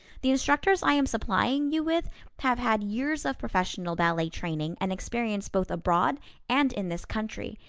the instructors i am supplying you with have had years of professional ballet training and experience both abroad and in this country,